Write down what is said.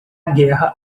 guerra